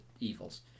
evils